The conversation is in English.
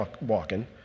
walking